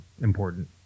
important